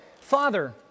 Father